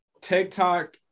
TikTok